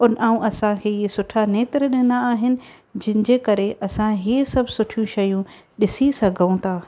ऐं असांखे इहे सुठा सुठा नेत्र ॾिना आहिनि जंहिंजे करे असां इहे सभु सुठियूं शयूं ॾिसी सघूं था